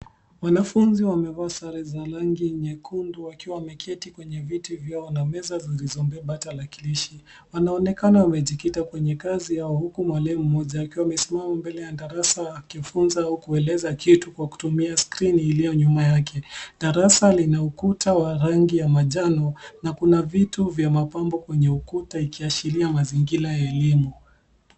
Wanafunzi wamevaa sare za rangi nyekundu wakiwa wameketi kwenye viti vyao na meza zilizobeba tarakilishi. Anaonekana amejikitia kwenye kazi yao huku mwalimu mmoja akiwa amesimama mbele ya darasa akifunza au kueleza kitu kwa kutumia skrini iliyo nyuma yake. Darasa lina ukuta wa rangi ya manjano na kuna vitu vya mapambo kwenye ukuta ikiashiria mazingira ya elimu.